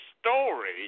story